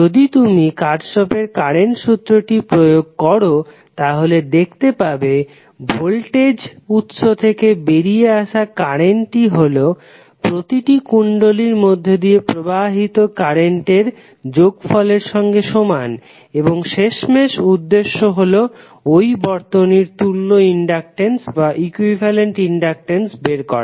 যদি তুমি কার্শফের কারেন্ট সূত্রটি Kirchhoff's current law প্রয়োগ করো তাহলে দেখাতে পাবে ভোল্টেজ উৎস থেকে বেরিয়ে আসা কারেন্ট টি হলো প্রতিটি কুণ্ডলীর মধ্যে দিয়ে প্রবাহিত কারেন্টের যোগফলের সঙ্গে সমান এবং শেষমেশ উদ্দেশ্য হলো ওই বর্তনীর তুল্য ইনডাকটেন্স বের করা